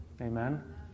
Amen